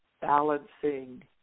balancing